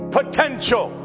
potential